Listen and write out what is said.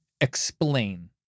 explain